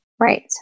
Right